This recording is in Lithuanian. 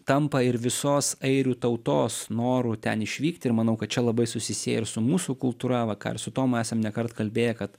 tampa ir visos airių tautos noru ten išvykti ir manau kad čia labai susisieja ir su mūsų kultūra va ką ir su tomu esam nekart kalbėję kad